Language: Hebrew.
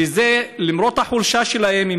וזה למרות החולשה שלהם.